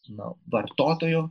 na vartotojo